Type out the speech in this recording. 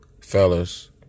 fellas